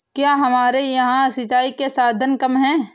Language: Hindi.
क्या हमारे यहाँ से सिंचाई के साधन कम है?